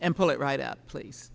and pull it right up please